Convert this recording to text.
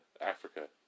Africa